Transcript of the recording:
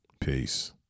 Peace